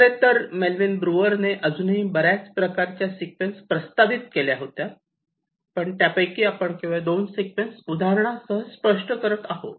खरेतर मेलविन ब्रुअरने अजूनही बऱ्याच प्रकारच्या सिक्वेन्स प्रस्तावित केल्या होत्या पण त्यापैकी आपण केवळ दोन सिक्वेन्स उदाहरणासह स्पष्ट करत आहोत